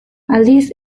aldiz